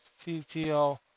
CTO